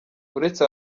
uretse